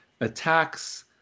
attacks